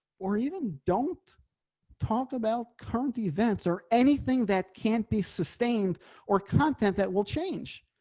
or even don't talk about current events or anything that can't be sustained or content that will change.